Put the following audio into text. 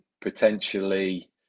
potentially